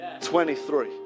23